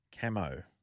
Camo